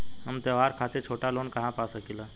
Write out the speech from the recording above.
हम त्योहार खातिर छोटा लोन कहा पा सकिला?